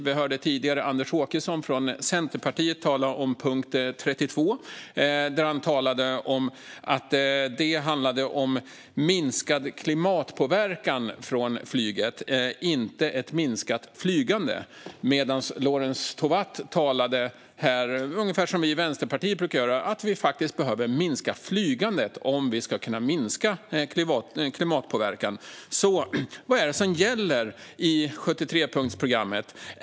Vi hörde tidigare Anders Åkesson från Centerpartiet tala om punkt 32. Han talade om att det handlade om minskad klimatpåverkan från flyget, inte om ett minskat flygande. Men Lorentz Tovatt talade, ungefär som vi i Vänsterpartiet brukar göra, om att vi faktiskt behöver minska flygandet om vi ska kunna minska klimatpåverkan. Vad är det som gäller i 73-punktsprogrammet?